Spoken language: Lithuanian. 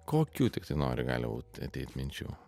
kokių tiktai nori gali būt ateit minčių